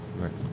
right